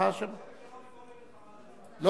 אבל ה' עוזר, לא,